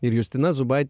ir justina zubaitė